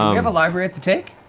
have a library at the take?